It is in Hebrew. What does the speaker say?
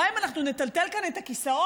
אולי אם אנחנו נטלטל כאן את הכיסאות,